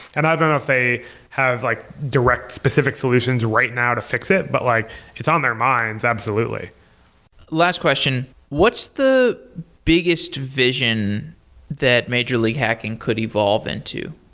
and don't know if they have like direct specific solutions right now to fix it, but like it's on their minds absolutely last question, what's the biggest vision that major league hacking could evolve into?